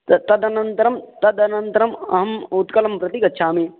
तदनन्तरं तदनन्तरम् अहम् उत्कलं प्रति गच्छामि